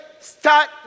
start